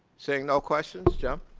seeing no questions, jim.